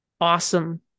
awesome